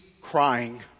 crying